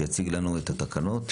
שתציג לנו את התקנות.